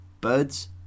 Birds